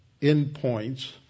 endpoints